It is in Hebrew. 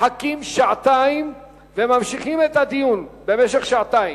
מחכים שעתיים וממשיכים את הדיון במשך שעתיים.